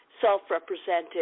self-represented